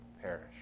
perish